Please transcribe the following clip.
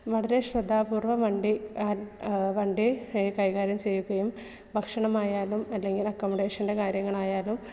വളരെ ശ്രദ്ധാപൂർവ്വം വണ്ടി വണ്ടി കൈകാര്യം ചെയ്യുകയും ഭക്ഷണമായാലും അല്ലെങ്കിൽ അക്കോമഡേഷൻ്റെ കാര്യങ്ങളായാലും